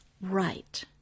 right